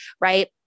right